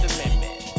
Amendment